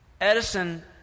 Edison